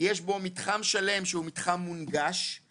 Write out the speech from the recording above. יש בו מתחם שלם שהוא מתחם מונגש,